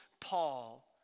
Paul